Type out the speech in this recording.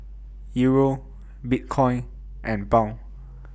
Euro Bitcoin and Pound